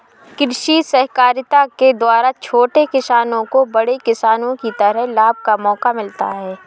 कृषि सहकारिता के द्वारा छोटे किसानों को बड़े किसानों की तरह लाभ का मौका मिलता है